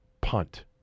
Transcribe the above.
punt